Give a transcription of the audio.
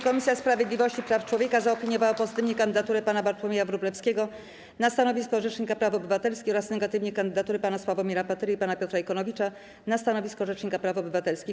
Komisja Sprawiedliwości i Praw Człowieka zaopiniowała pozytywnie kandydaturę pana Bartłomieja Wróblewskiego na stanowisko rzecznika praw obywatelskich oraz negatywnie kandydatury pana Sławomira Patyry i pana Piotra Ikonowicza na stanowisko rzecznika praw obywatelskich.